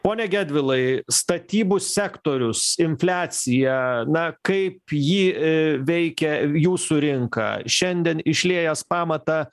pone gedvilai statybų sektorius infliacija na kaip ji veikia jūsų rinką šiandien išliejęs pamatą